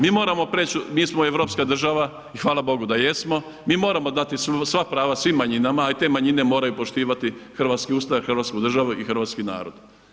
Mi moramo preći, mi smo europska država i hvala Bogu da jesmo, mi moramo dati sva prava svim manjinama, a i te manjine moraju poštivati hrvatski Ustav, hrvatsku državu i hrvatski narod.